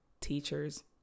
teachers